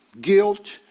guilt